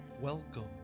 Welcome